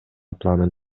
планын